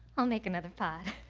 i'll make another pot.